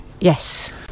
Yes